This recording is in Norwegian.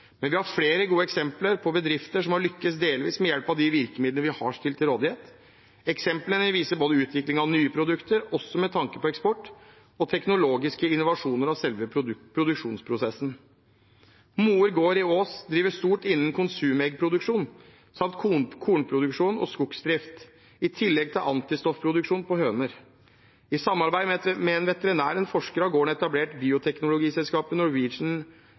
Men vi har flere gode eksempler på bedrifter som har lyktes delvis med hjelp av de virkemidlene vi har stilt til rådighet. Eksemplene viser både utvikling av nye produkter, også med tanke på eksport, og teknologiske innovasjoner av selve produksjonsprosessen. Moer Gård i Ås driver stort innen konsumeggproduksjon samt kornproduksjon og skogsdrift – i tillegg til antistoffproduksjon på høner. I samarbeid med en veterinær og en forsker har gården etablert bioteknologiselskapet Norwegian